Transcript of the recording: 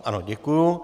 Ano, děkuju.